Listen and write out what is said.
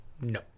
No